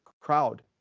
crowd